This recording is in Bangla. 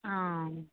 ও